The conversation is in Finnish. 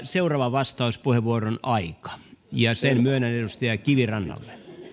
seuraavan vastauspuheenvuoron aika ja sen myönnän edustaja kivirannalle arvoisa puhemies